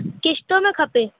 किश्तों में खपे